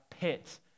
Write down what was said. pit